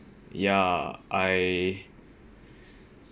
ya I